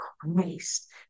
Christ